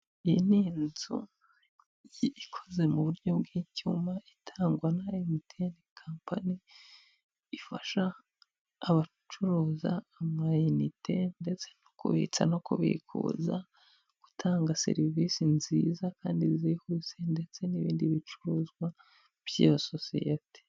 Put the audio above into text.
Iyi ni inzu ikozwe mu buryo bw'icyuma itangwa na emutiyene kampani, ifasha abacuruza amayinite ndetse no kubitsa no kubikuza gutanga serivise nziza kandi zihuse ndetse n'ibindi bicuruzwa by'iyo sosiyete.